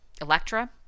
Electra